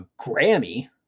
Grammy